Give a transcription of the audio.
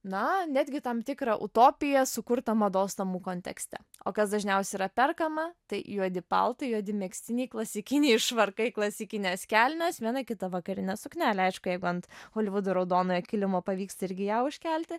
na netgi tam tikrą utopiją sukurtą mados namų kontekste o kas dažniausiai yra perkama tai juodi paltai juodi megztiniai klasikiniai švarkai klasikinės kelnės viena kita vakarinė suknelė aišku jeigu ant holivudo raudonojo kilimo pavyksta irgi ją užkelti